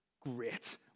Great